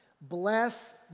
Bless